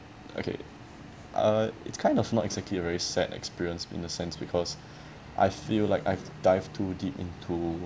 okay uh it's kind of not exactly very sad experience in a sense because I feel like I've dived to deep into